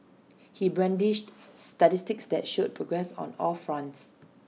he brandished statistics that showed progress on all fronts